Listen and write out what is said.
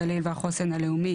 הגליל והחוסן הלאומי